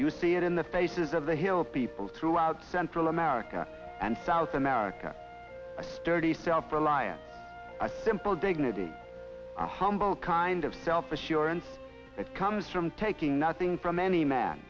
you see it in the faces of the hill people throughout central america and south america a sturdy self reliant a simple dignity a humble kind of self assurance that comes from taking nothing from any man